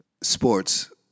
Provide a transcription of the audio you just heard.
Sports